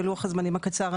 בלוח הזמנים הקצר,